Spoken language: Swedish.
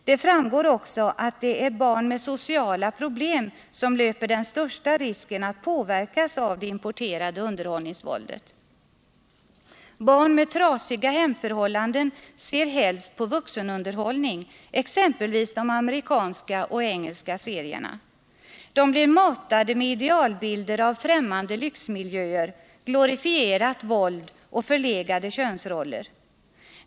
Det framgår också att det är barn med sociala problem som löper den största risken att påverkas av det importerade underhållningsvåldet. Barn med trasiga hemförhållanden ser helst på vuxenunderhållning, exempelvis de amerikanska och engelska serierna. De blir matade med idealbilder av främmande lyxmiljöer, glorifierat våld och förlegade könsroller.